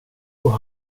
och